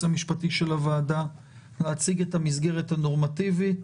המשפטי של הוועדה להציג את המסגרת הנורמטיבית